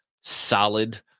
solid